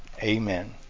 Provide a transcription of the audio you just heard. Amen